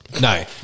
No